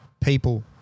people